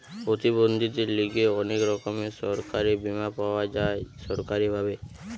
প্রতিবন্ধীদের লিগে অনেক রকমের সরকারি বীমা পাওয়া যায় সরকারি ভাবে